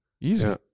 easy